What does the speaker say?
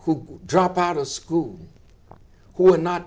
who drop out of school who are not